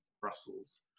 Brussels